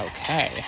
Okay